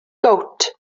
gowt